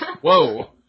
Whoa